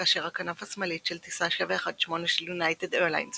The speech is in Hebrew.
כאשר הכנף השמאלית של טיסה 718 של יונייטד איירליינס